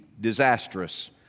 disastrous